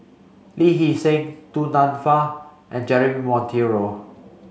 Lee Hee Seng Du Nanfa and Jeremy Monteiro